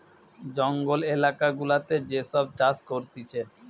জঙ্গল এলাকা গুলাতে যে সব চাষ করতিছে